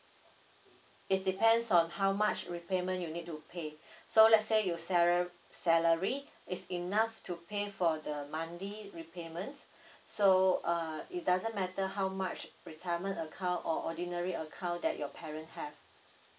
it depends on how much repayment you need to pay so lets say your salary salary is enough to pay for the monthly repayments so uh it doesn't matter how much retirement account or ordinary account that your parent have